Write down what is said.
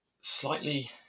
slightly